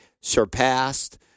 surpassed